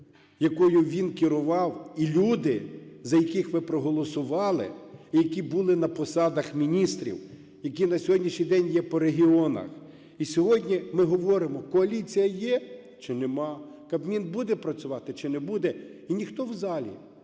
якою він керував, і люди, за яких ви проголосували і які були на посадах міністрів, які на сьогоднішній день є по регіонах. І сьогодні ми говоримо: "Коаліція є чи немає? Кабмін буде працювати чи не буде?" І ніхто в залі